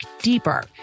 deeper